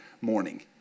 morning